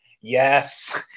Yes